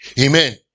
Amen